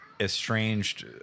estranged